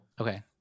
okay